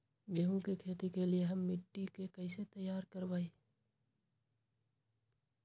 गेंहू की खेती के लिए हम मिट्टी के कैसे तैयार करवाई?